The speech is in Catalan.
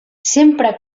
sempre